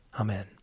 Amen